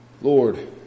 Lord